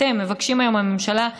שאתם מבקשים היום מהממשלה להאריך,